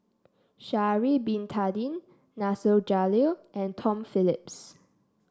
Sha'ari Bin Tadin Nasir Jalil and Tom Phillips